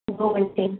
दो घंटे